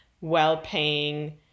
well-paying